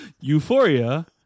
Euphoria